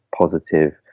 positive